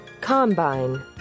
Combine